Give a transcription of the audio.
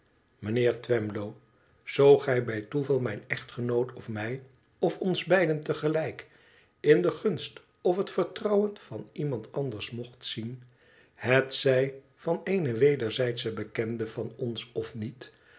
mijnheer twemlow zoo gij bij toeval mijn echtgenoot of mij of ons beiden te gelijk in de gunst of het vertrouwen van iemand anders mocht zien hetzij van een wederzijdschen bekende van ons of niet